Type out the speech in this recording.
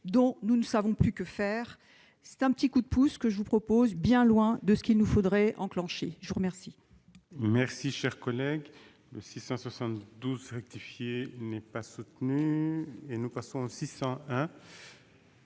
dont nous ne savons plus que faire. C'est un petit coup de pouce que je vous propose, bien loin de la démarche qu'il nous faudrait enclencher. L'amendement